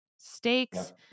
Steaks